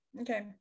Okay